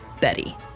Betty